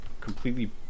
completely